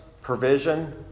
provision